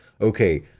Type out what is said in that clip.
okay